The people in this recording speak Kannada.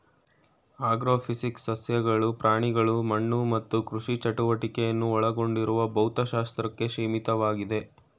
ಆಗ್ರೋಫಿಸಿಕ್ಸ್ ಸಸ್ಯಗಳು ಪ್ರಾಣಿಗಳು ಮಣ್ಣು ಮತ್ತು ಕೃಷಿ ಚಟುವಟಿಕೆಯನ್ನು ಒಳಗೊಂಡಿರುವ ಭೌತಶಾಸ್ತ್ರಕ್ಕೆ ಸೀಮಿತವಾಗಿದೆ